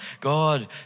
God